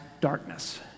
darkness